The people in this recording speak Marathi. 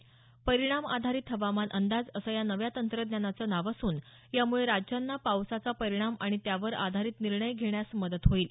परिणाम आधारित हवामान अंदाज असं या नव्या तंत्रज्ञानाचं नाव असून यामुळे राज्यांना पावसाचा परिणाम आणि त्यावर आधारित निर्णय घेण्यास मदत होणार आहे